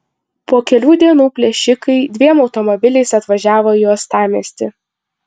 po kelių dienų plėšikai dviem automobiliais atvažiavo į uostamiestį